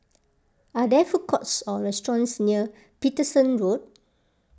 are there food courts or restaurants near Paterson Road